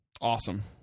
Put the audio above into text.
Awesome